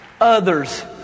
others